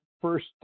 first